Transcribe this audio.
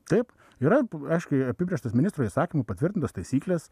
taip yra aiškiai apibrėžtos ministro įsakymu patvirtintos taisyklės